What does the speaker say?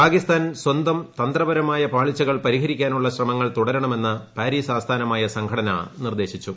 പാകിസ്ഥാൻ സ്വന്തം തന്ത്രപരമായ പാളിച്ചകൾ പ്രിഹരിക്കാനുള്ള ശ്രമങ്ങൾ തുടരണമെന്ന് പാരീസ് ആസ്ഥാനമായി സംഘടന നിർദ്ദേശിച്ചു